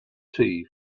tea